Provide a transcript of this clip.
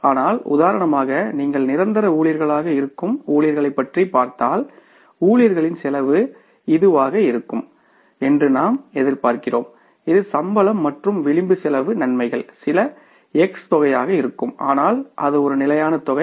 ஆனால் உதாரணமாக நீங்கள் நிரந்தர ஊழியர்களாக இருக்கும் ஊழியர்களைப் பற்றி பார்த்தால் ஊழியர்களின் செலவு இதுவாக இருக்கும் என்று நாம் எதிர்பார்க்கிறோம் இது சம்பளம் மற்றும் விளிம்பு செலவு நன்மைகள் சில x தொகையாக இருக்கும் ஆனால் அது ஒரு நிலையான தொகை